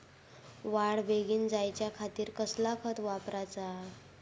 वाढ बेगीन जायच्या खातीर कसला खत वापराचा?